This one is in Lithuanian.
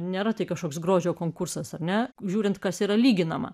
nėra tai kažkoks grožio konkursas ar ne žiūrint kas yra lyginama